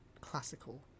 Classical